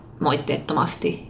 moitteettomasti